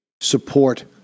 support